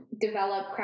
develop